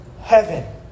heaven